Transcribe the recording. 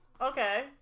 Okay